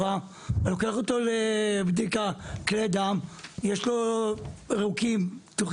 שנוכל לעגן בו את כל השירות בצורה סגורה; הן מבחינת איכות והן